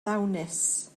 ddawnus